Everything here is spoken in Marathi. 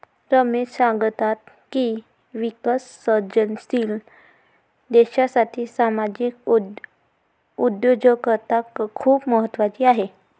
रमेश सांगतात की विकसनशील देशासाठी सामाजिक उद्योजकता खूप महत्त्वाची आहे